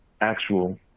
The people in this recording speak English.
actual